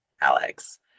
Alex